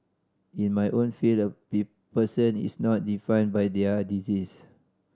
in my own field a person is not defined by their disease